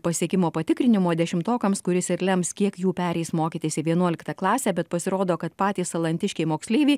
pasiekimo patikrinimo dešimtokams kuris ir lems kiek jų pereis mokytis į vienuoliktą klasę bet pasirodo kad patys salantiškiai moksleiviai